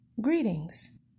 Greetings